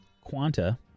Quanta